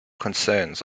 concerns